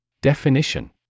Definition